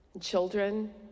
children